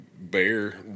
bear